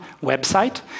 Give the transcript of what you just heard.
website